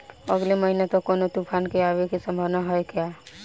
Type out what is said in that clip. अगले महीना तक कौनो तूफान के आवे के संभावाना है क्या?